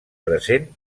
present